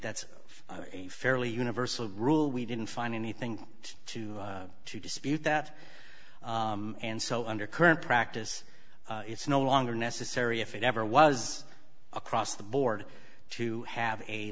that's a fairly universal rule we didn't find anything to to dispute that and so under current practice it's no longer necessary if it ever was across the board to have a